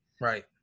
right